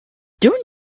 don’t